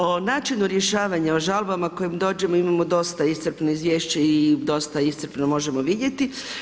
O načinu rješavanja, o žalbama kojim dođemo imamo dosta iscrpno izvješće i dosta iscrpno možemo vidjet.